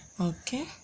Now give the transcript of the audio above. Okay